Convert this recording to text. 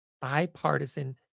bipartisan